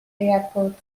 airport